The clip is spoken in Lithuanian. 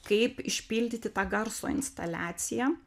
kaip išpildyti tą garso instaliaciją